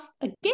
again